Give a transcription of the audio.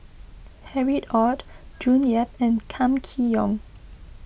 Harry Ord June Yap and Kam Kee Yong